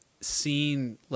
seen